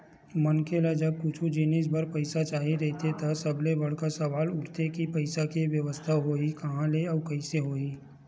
मनखे ल जब कुछु जिनिस बर पइसा चाही रहिथे त सबले बड़का सवाल उठथे के पइसा के बेवस्था होही काँहा ले अउ कइसे होही